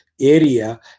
area